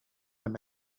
him